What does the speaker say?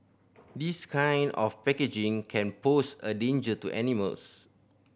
this kind of packaging can pose a danger to animals